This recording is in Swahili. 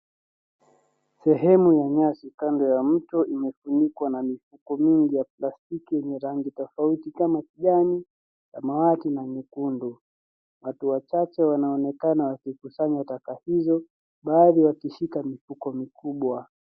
Sehemu ya nyasi kando ya mto imefunikwa na mifuko mingi ya plastiki yenye rangi tofauti kama kijani, samawati na nyekundu. Watu wachache wanaonekana wakikusanya taka hizo baadhi wakishika mifuko mikubwa.